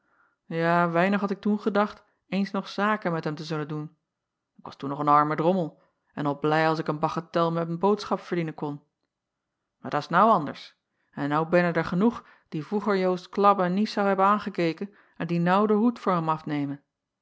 a weinig had ik toen gedacht eens nog zaken met hem te zullen doen ik was toen nog een arme drommel en al blij als ik een bagetel met n boodschap verdienen kon maar dat s nou anders en nou bennen d r genoeg die vroeger oost labbe niet zouën hebben angekeken en die nou den hoed voor hem afnemen